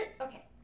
Okay